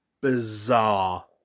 bizarre